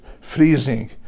freezing